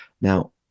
Now